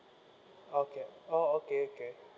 okay oh okay okay